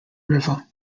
river